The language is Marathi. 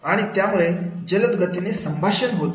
आणि त्यामुळे जलद गतीने संभाषण होते